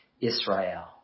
Israel